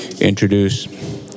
introduce